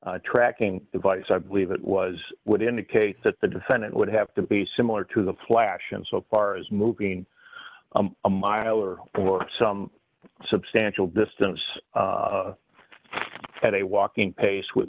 the tracking device i believe it was would indicate that the defendant would have to be similar to the flash and so far as moving a mile or for some substantial distance at a walking pace with